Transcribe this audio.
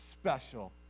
special